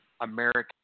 American